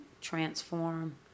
transform